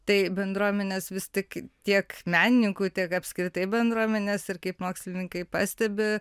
tai bendruomenės vis tik tiek menininkui tiek apskritai bendruomenės ir kaip mokslininkai pastebi